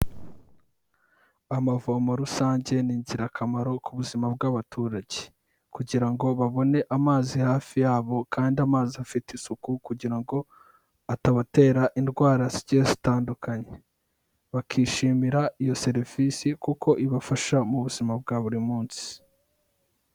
Amavomo rusange ni ingirakamaro ku buzima bw'abaturage, kugira ngo babone amazi hafi yabo kandi amazi afite isuku, kugira ngo atabatera indwara zigiye zitandukanye, bakishimira iyo serivisi kuko ibafasha mu buzima bwa buri munsi.